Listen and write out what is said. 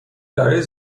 برای